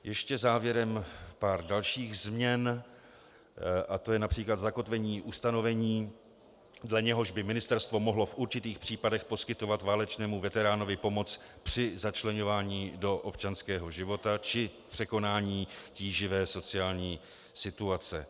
Ještě závěrem pár dalších změn, a to je např. zakotvení ustanovení, dle něhož by ministerstvo mohlo v určitých případech poskytovat válečnému veteránovi pomoc při začleňování do občanského života či překonání tíživé sociální situace.